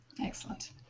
excellent